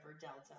Delta